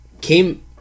Came